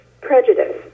prejudice